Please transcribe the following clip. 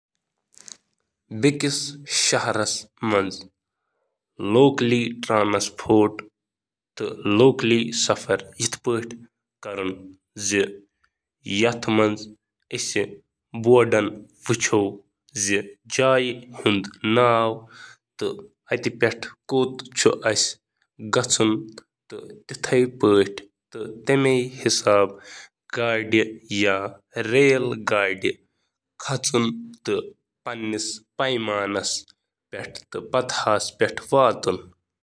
کُنہِ نٔوِس شہرس منٛز عوٲمی نقل و حملُک استعمال کرنہٕ وِزِ ہیٚکِو تُہۍ یہِ توقع کٔرِتھ: سِگنل کٔرِو برٛونٛہہ کُن، کھڑا گژھِو، بس رُکاونہٕ خٲطرٕ پیٛار، احتِرام کٔرِو، بسہِ منٛز سوار تہٕ ترٛٲوِو پنٕنۍ سیٹ: اگر مُمکِن آسہِ، پنٕنۍ سیٹ کٔرِو بُزرگن پیش۔